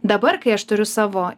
dabar kai aš turiu savo